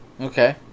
Okay